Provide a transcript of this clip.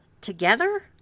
Together